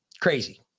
crazy